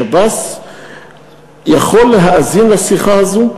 השב"ס יכול להאזין לשיחה הזאת,